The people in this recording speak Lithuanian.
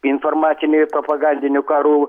informacinių ir propagandinių karų